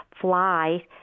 fly